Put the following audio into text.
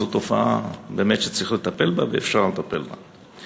זאת תופעה באמת שצריך לטפל בה ואפשר לטפל בה.